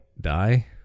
die